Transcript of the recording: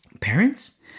parents